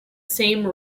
same